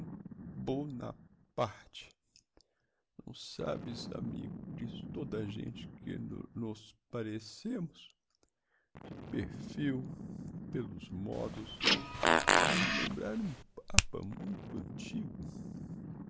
bo naparte não sabes amigo diz toda a gente que n nos parecêmos de perfil pelos modos faço lembrar um papa muito antigo